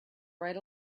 right